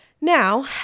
Now